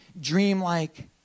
dreamlike